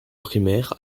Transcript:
primaire